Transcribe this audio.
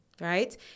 Right